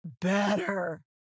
better